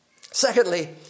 Secondly